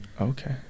okay